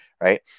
right